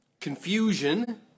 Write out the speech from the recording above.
confusion